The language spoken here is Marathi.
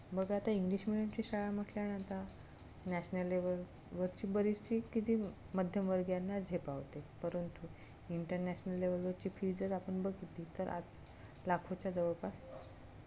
बघा आता इंग्लिश मिडियमची शाळा म्हटल्यानं आता नॅशनल लेवलवरची बरीचशी किती मध्यमवर्गियांना झेपावते परंतु इंटरनॅशनल लेवलवरची फी जर आपण बघितली तर आज लाखोच्या जवळपास